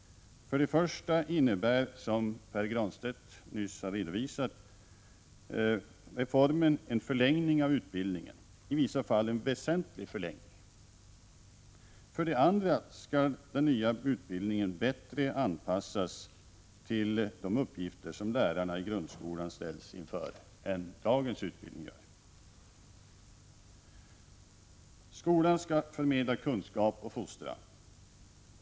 För det första innebär reformen, som Pär Granstedt nyss har redovisat, en förlängning av utbildningen, i vissa fall en väsentlig förlängning. För det andra skall den nya utbildningen bättre anpassas till de uppgifter som lärarna i grundskolan ställs inför än dagens utbildning gör. Skolan skall förmedla kunskap och fostran.